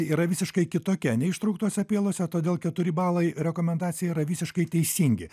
yra visiškai kitokia nei ištrauktose pielose todėl keturi balai rekomendacija yra visiškai teisingi